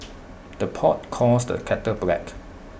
the pot calls the kettle black